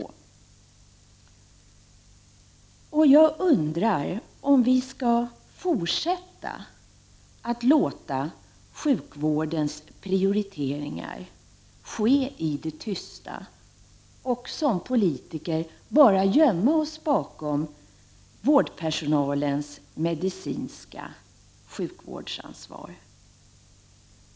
Jag undrar om vi skall fortsätta att låta sjukvårdens prioriteringar ske i det tysta och som politiker bara gömma oss bakom vårdpersonalens medicinska sjukvårdsansvar.